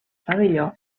pavelló